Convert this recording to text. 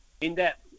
in-depth